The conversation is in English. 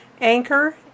Anchor